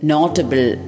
Notable